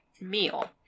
meal